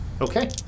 Okay